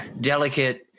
delicate